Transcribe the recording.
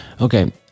Okay